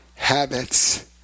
habits